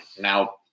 Now